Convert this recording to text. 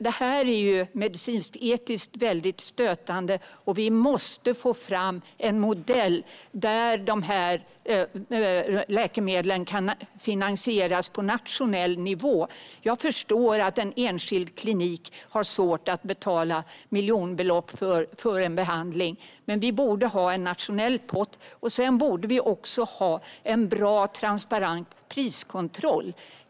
Det är medicinsk-etiskt väldigt stötande. Vi måste få fram en modell där dessa läkemedel kan finansieras på nationell nivå. Jag förstår att en enskild klinik har svårt att betala miljonbelopp för en behandling. Men vi borde ha en nationell pott. Vi borde också ha en bra och transparent priskontroll.